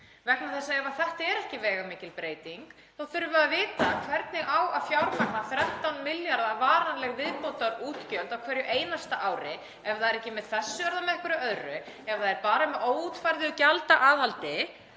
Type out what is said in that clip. það á hreint. Ef þetta er ekki veigamikil breyting þá þurfum við að vita hvernig á að fjármagna 13 milljarða kr. varanleg viðbótarútgjöld á hverju einasta ári. Ef það er ekki með þessu þá er það með einhverju öðru. Ef það er bara með óútfærðu gjaldaaðhaldi